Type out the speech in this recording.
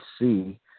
see